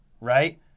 right